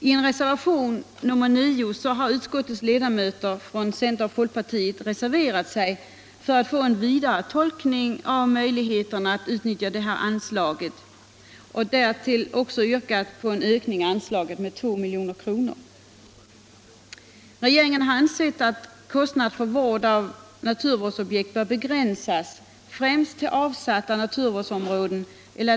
I reservationen 9 har utskottsledamöterna från centerpartiet och folkpartiet reserverat sig för att få en vidare tolkning av möjligheterna att utnyttja anslaget och därtill yrkat på en ökning av detta med 2 milj.kr. Regeringen har ansett att medlen för skydd av naturvårdsobjekt bör begränsas främst till avsatta naturvårdsområden.